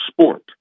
sport